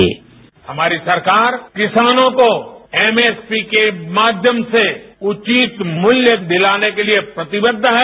sound bite हमारी सरकार किसानों को एमएसपी के माध्यम से उचित मूल्य दिलाने के लिए प्रतिबद्ध है